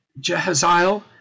Jehaziel